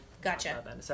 Gotcha